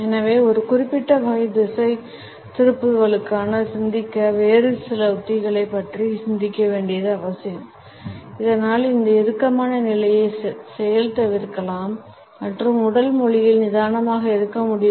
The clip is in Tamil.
எனவே ஒரு குறிப்பிட்ட வகை திசைதிருப்பலுக்காக சிந்திக்க வேறு சில உத்திகளைப் பற்றி சிந்திக்க வேண்டியது அவசியம் இதனால் இந்த இறுக்கமான நிலையைச் செயல்தவிர்க்கலாம் மற்றும் உடல் மொழியில் நிதானமாக இருக்க முடியும்